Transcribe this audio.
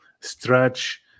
stretch